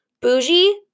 Bougie